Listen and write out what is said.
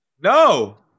No